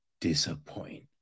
disappoint